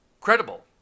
credible